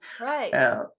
Right